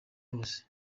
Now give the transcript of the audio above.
hose